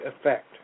effect